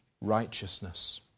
righteousness